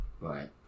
Right